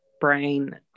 brain